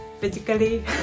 physically